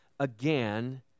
again